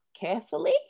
carefully